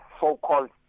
so-called